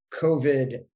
COVID